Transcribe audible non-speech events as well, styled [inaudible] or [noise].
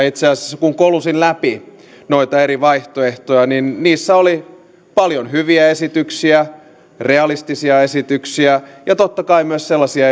[unintelligible] itse asiassa kun kolusin läpi noita eri vaihtoehtoja niissä oli paljon hyviä esityksiä realistisia esityksiä ja totta kai myös sellaisia [unintelligible]